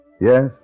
Yes